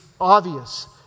obvious